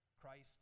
Christ